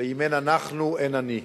ואם אין אנחנו אין אני.